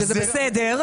שזה בסדר,